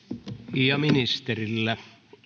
ja ministerillä